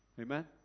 Amen